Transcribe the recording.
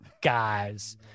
guys